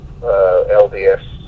lds